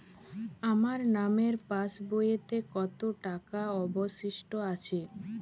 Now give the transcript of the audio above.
আমার নামের পাসবইতে কত টাকা অবশিষ্ট আছে?